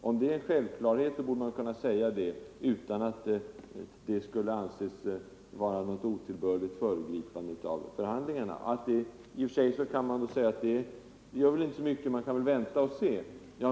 Om det är en självklarhet, borde man kunna säga det utan att det skall anses vara något otillbörligt föregripande av förhandlingarna. I och för sig kan man väl säga: Det gör inte så mycket, vi kan vänta och se.